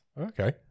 Okay